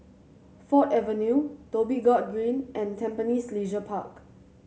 Ford Avenue Dhoby Ghaut Green and Tampines Leisure Park